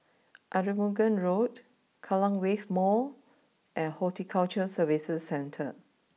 Arumugam Road Kallang Wave Mall and Horticulture Services Centre